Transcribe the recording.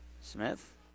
Smith